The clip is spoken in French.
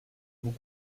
vous